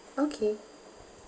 okay